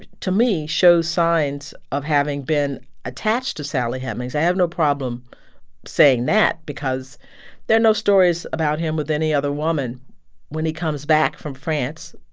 to to me, shows signs of having been attached to sally hemings. i have no problem saying that because there are no stories about him with any other woman when he comes back from france,